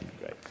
great